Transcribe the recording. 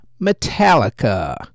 Metallica